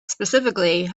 specifically